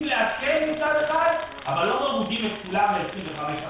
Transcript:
לעדכן מצד אחד, אבל לא מורידים את כולם ל-25%.